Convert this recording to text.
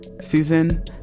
Susan